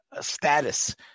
status